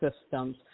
systems